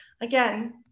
Again